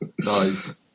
nice